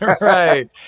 Right